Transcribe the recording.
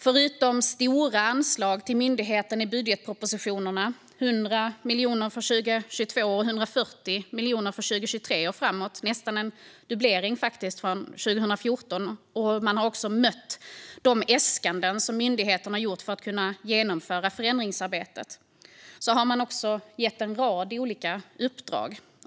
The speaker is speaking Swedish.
Förutom stora anslag till myndigheten i budgetpropositionerna - det är 100 miljoner för 2022 och 140 miljoner för 2023 och framåt, nästan en dubblering från 2014, och vidare har äskandena från myndigheterna för att genomföra förändringsarbetet mötts - har man också gett en rad olika uppdrag.